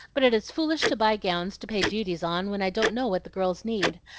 but it is foolish to buy gowns to pay duties on, when i don't know what the girls need.